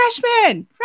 freshman